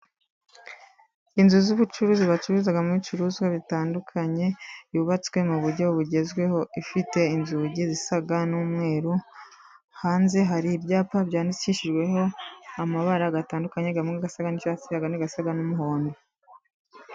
Inzu z'ubucuruzi bacururizagamo ibicuruzwa bitandukanye yubatswe mu buryo bugezweho. Ifite inzugi zisa n'umweru, hanze hari ibyapa byandikishijweho amabara atandukanye amwe asa n'icyatsi andi asa n'umuhondo.